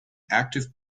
active